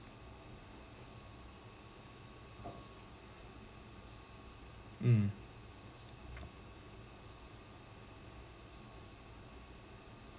mm